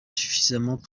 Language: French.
suffisamment